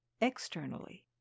externally